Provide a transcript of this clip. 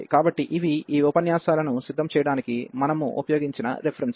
కాబట్టి ఇవి ఈ ఉపన్యాసాలను సిద్ధం చేయడానికి మనము ఉపయోగించిన రెఫెరెన్సులు